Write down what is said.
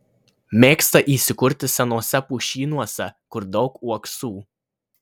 mėgsta įsikurti senuose pušynuose kur daug uoksų